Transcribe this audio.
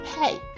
Hey